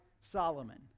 Solomon